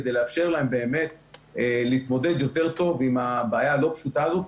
כדי לאפשר להם באמת להתמודד יותר טוב עם הבעיה הלא פשוטה הזו.